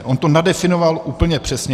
On to nadefinoval úplně přesně.